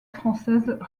française